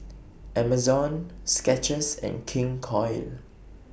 Amazon Skechers and King Koil